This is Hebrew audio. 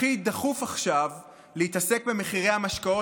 הכי דחוף עכשיו להתעסק במחירי המשקאות